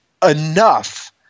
enough